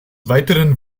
weiteren